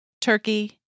Turkey